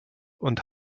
und